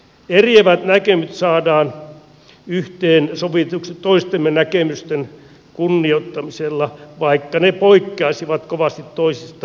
eriävät näkemykset saadaan yhteensovitetuksi toistemme näkemysten kunnioittamisella vaikka ne poikkeaisivat kovasti omistamme